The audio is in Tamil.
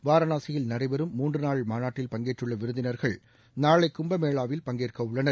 வராணாசியில் நடைபெறும் மூன்றுநாள் மாநாட்டில் பங்கேற்றுள்ள விருந்தினா்கள் நாளை கும்பமேளாவில் பங்கேற்க உள்ளனர்